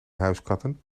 huiskatten